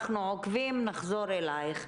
אנחנו עוקבים ונחזור אלייך.